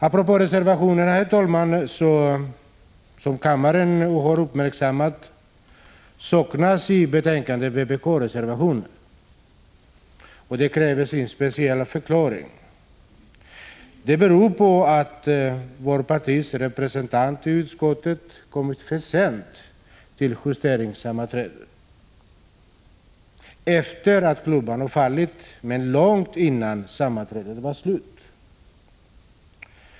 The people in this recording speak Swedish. Apropå reservationer, herr talman, har kammarens ledamöter säkert uppmärksammat att det i betänkandet saknas vpk-reservationer. Detta kräver sin förklaring. Det beror på att vårt partis representant i utskottet kom för sent till justeringssammanträdet. Hon kom efter det att klubban hade fallit, men långt innan sammanträdet var slut.